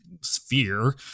sphere